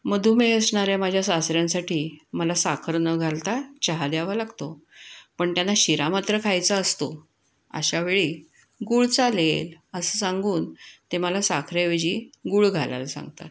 मधूमेह असणाऱ्या माझ्या सासऱ्यांसाठी मला साखर न घालता चहा द्यावा लागतो पण त्यांना शिरा मात्र खायचा असतो अशा वेळी गूळ चालेल असं सांगून ते मला साखरेऐवजी गूळ घालायला सांगतात